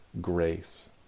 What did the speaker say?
grace